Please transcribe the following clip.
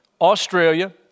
Australia